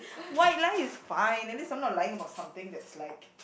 white lie is fine at least I'm not lying about something that's like